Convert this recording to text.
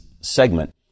segment